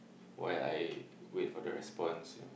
while I wait for the response you